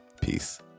Peace